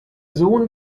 sohn